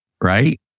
right